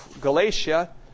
Galatia